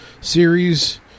series